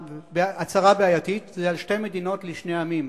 הצהרה בעייתית, על שתי מדינות לשני עמים.